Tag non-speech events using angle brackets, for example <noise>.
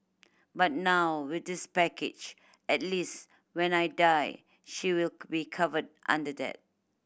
but now with this package at least when I die she will <unintelligible> be covered under that